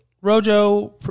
Rojo